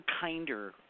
kinder